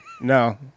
no